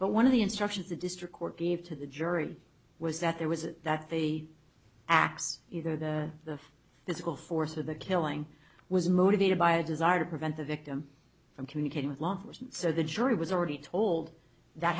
but one of the instructions the district court gave to the jury was that there was that the x you know that the this is all force of the killing was motivated by a desire to prevent the victim from communicating with law enforcement so the jury was already told that